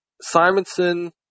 Simonson